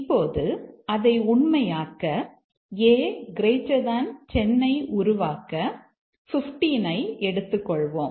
இப்போது அதை உண்மையாக்க a 10 ஐ உருவாக்க 15 ஐ எடுத்துக்கொள்வோம்